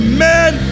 Amen